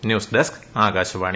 news desk Akashvani